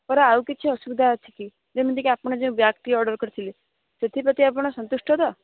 ଆଉକିଛି ଅସୁବିଧା ଅଛି କି ଯେମତିକି ଆପଣ ଯେଉଁ ବ୍ୟାଗ୍ଟି ଅର୍ଡ଼ର କରିଥିଲେ ସେଥିପ୍ରତି ଆପଣ ସନ୍ତୁଷ୍ଟ ତ